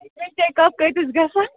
نُن چاے کَپ کٲتِس گژھان